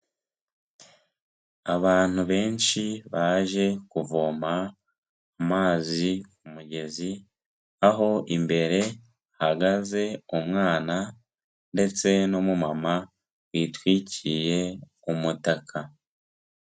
Abantu benshi baje kuvoma mazi ku mugezi, aho imbere hahagaze umwana ndetse n'umumama witwikiriye umutaka.